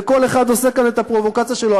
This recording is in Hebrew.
וכל אחד עושה כאן את הפרובוקציה שלו.